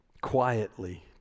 quietly